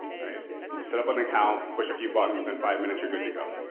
alright, you just set up um an account, push a few buttons, within five minutes you're good to go.